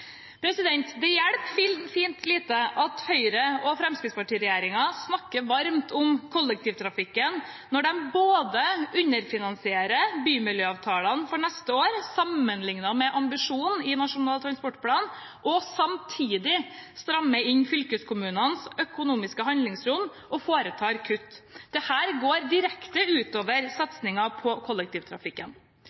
Det hjelper fint lite at Høyre–Fremskrittsparti-regjeringen snakker varmt om kollektivtrafikken når de både underfinansierer bymiljøavtalene for neste år sammenlignet med ambisjonen i Nasjonal transportplan, og samtidig strammer inn fylkeskommunenes økonomiske handlingsrom og foretar kutt. Dette går direkte utover satsingen på kollektivtrafikken.